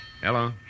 Hello